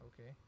Okay